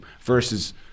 versus